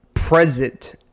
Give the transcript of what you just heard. present